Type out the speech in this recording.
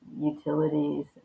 utilities